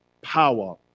Power